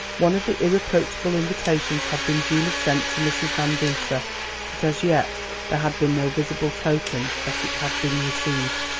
one of the irreproachable invitations had been duly sent to mrs. van duser but as yet there had been no visible token that it had been received.